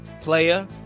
player